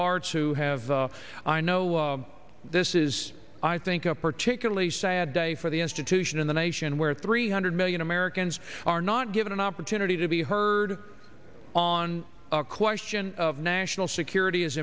hearts who have i know this is i think a particularly sad day for the institution in the nation where three hundred million americans are not given an opportunity to be heard on the question of national security as